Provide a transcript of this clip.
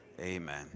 Amen